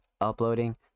uploading